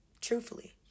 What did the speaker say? Truthfully